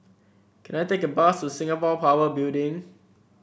can I take a bus to Singapore Power Building